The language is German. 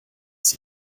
sie